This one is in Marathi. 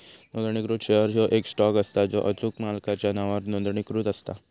नोंदणीकृत शेअर ह्यो येक स्टॉक असता जो अचूक मालकाच्या नावावर नोंदणीकृत असता